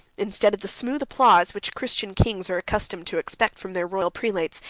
instead of the smooth applause, which christian kings are accustomed to expect from their royal prelates,